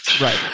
right